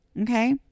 Okay